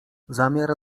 zamiar